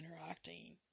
interacting